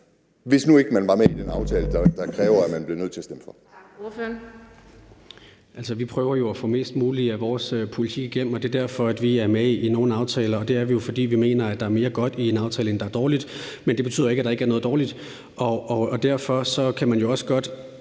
hvis man nu ikke var med i den aftale, der kræver, at man bliver nødt til at stemme for,